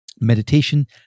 meditation